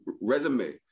resume